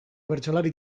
bertsolari